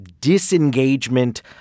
disengagement